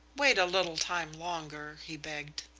wait a little time longer, he begged.